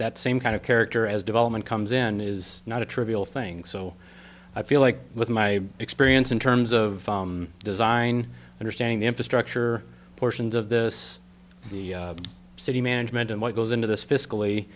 that same kind of character as development comes in is not a trivial thing so i feel like with my experience in terms of design understanding the infrastructure portions of this the city management and what goes into this fiscally